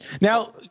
Now